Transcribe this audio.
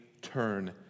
turn